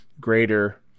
greater